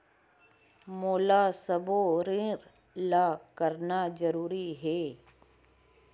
मोला सबो ऋण ला करना जरूरी हे?